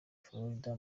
florida